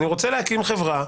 אני רוצה להקים חברה,